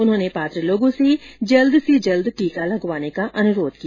उन्होंने पात्र लोगों से जल्द से जल्द टीका लगवाने का अनुरोध किया